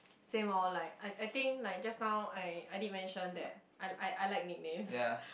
same loh like I I think like just now I I did mention that I I I like nickname